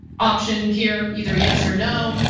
option here, either yes or no.